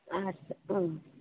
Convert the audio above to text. arts